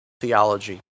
theology